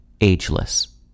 ageless